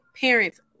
parents